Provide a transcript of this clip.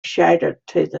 shouted